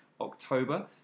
October